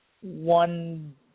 one